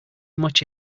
much